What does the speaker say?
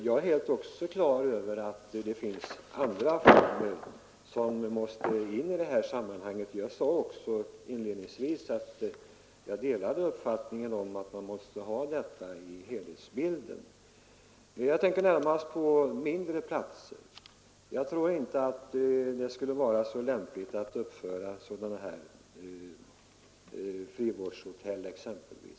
Jag är också helt på det klara med att det finns andra vårdformer som måste beaktas i det här sammanhanget, och jag sade inledningsvis att jag delade uppfattningen att detta måste tas med i helhetsbilden. Men jag tänker närmast på mindre platser. Jag tror inte att det skulle vara så lämpligt att uppföra exempelvis frivårdshotell där.